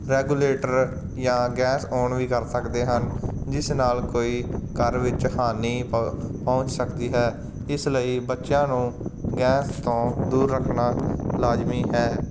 regulator ਜਾਂ gas on ਵੀ ਕਰ ਸਕਦੇ ਹਨ ਜਿਸ ਨਾਲ ਕੋਈ ਘਰ ਵਿੱਚ ਹਾਨੀ ਪ ਪਹੁੰਚ ਸਕਦੀ ਹੈ ਇਸ ਲਈ ਬੱਚਿਆਂ ਨੂੰ ਗੈਂਸ ਤੋਂ ਦੂਰ ਰੱਖਣਾ ਲਾਜ਼ਮੀ ਹੈ